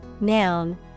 noun